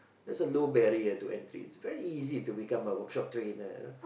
there's a low barrier to entry it's very easy to become a workshop trainer you know